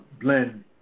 blend